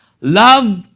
Love